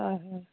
হয় হয়